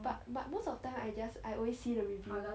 but but most of time I just I always see the review